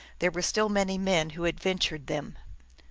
there were still many men who adventured them.